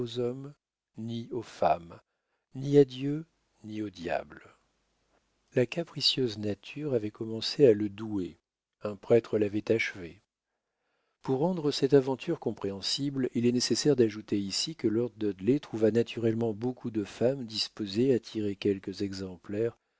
ni aux femmes ni à dieu ni au diable la capricieuse nature avait commencé à le douer un prêtre l'avait achevé pour rendre cette aventure compréhensible il est nécessaire d'ajouter ici que lord dudley trouva naturellement beaucoup de femmes disposées à tirer quelques exemplaires